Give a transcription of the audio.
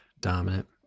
dominant